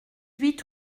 huit